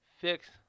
fix